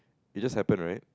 it just happened right